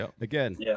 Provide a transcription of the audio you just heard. again